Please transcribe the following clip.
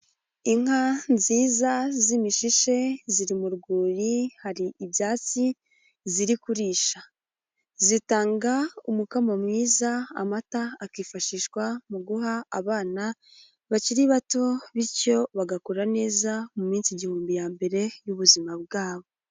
Inka nziza z'imishishe ziri mu rwuri, hari ibyatsi ziri kurisha, zitanga umukamo mwiza, amata akifashishwa mu guha abana bakiri bato bityo bagakora neza mu minsi igihumbi ya mbere y'ubuzima bwabo.